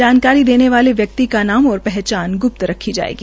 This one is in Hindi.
जानकारी देने वाले व्यक्ति का नाम और पहचान ग्प्त रखी जाएगी